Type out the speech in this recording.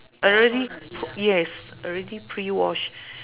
already p~ yes already prewashed